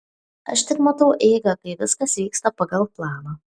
aš tik matau eigą kai viskas vyksta pagal planą